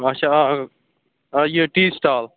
اَچھا آ آ یہِ ٹی سِٹال